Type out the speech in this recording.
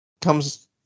comes